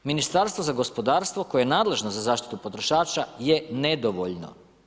Ministarstvo za gospodarstvo koje je nadležno za zaštitu potrošača je nedovoljno.